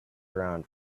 around